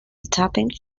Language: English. topping